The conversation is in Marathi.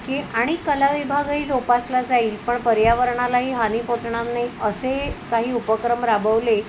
की आणि कला विभागही जोपासला जाईल पण पर्यावरणालाही हानी पोहोचणार नाही असे काही उपक्रम राबवले